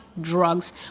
drugs